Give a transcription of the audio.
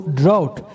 drought